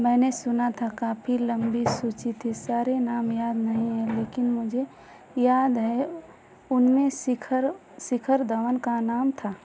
मैंने सुना था काफ़ी लंबी सूचि थी सारे नाम याद नहीं है लेकिन मुझे याद है उनमें शिखर शिखर धवन का नाम था